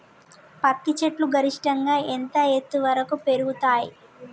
పత్తి చెట్లు గరిష్టంగా ఎంత ఎత్తు వరకు పెరుగుతయ్?